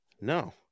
no